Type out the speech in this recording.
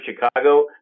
Chicago